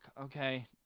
okay